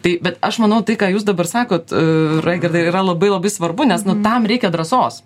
tai bet aš manau tai ką jūs dabar sakot raigardai yra labai labai svarbu nes nu tam reikia drąsos